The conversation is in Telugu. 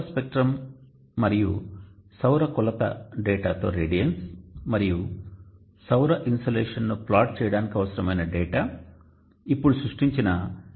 సౌర స్పెక్ట్రం మరియు సౌర కొలత డేటాతో రేడియన్స్ మరియు సౌర ఇన్సోలేషన్ను ప్లాట్ చేయడానికి అవసరమైన డేటా ఇప్పుడు సృష్టించిన DATA